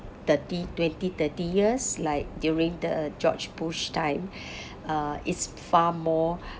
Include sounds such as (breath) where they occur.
thirty twenty thirty years like during the george bush time (breath) uh it's far more